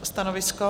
Stanovisko?